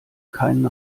keinen